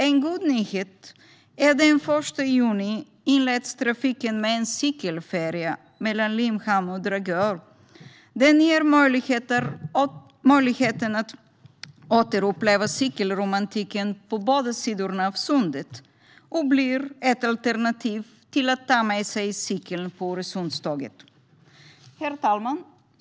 En god nyhet är att trafik med en cykelfärja mellan Limhamn och Dragör inleds den 1 juni. Den ger möjlighet att återuppleva cykelromantiken på båda sidorna av Sundet och blir ett alternativ till att ta med sig cykeln på Öresundståget. Herr talman!